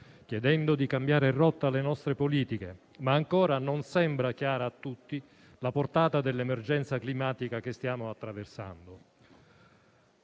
chiedendo di cambiare rotta alle nostre politiche, ma ancora non sembra chiara a tutti la portata dell'emergenza climatica che stiamo attraversando.